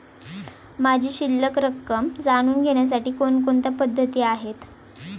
माझी शिल्लक रक्कम जाणून घेण्यासाठी कोणकोणत्या पद्धती आहेत?